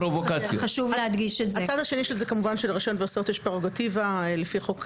הצד השני של זה כמובן שלראשי האוניברסיטאות יש פררוגטיבה לפי חוק,